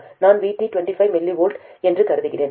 நான் Vt 25 mV என்று கருதுகிறேன்